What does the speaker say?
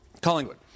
Collingwood